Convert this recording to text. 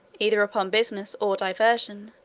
either upon business or diversion,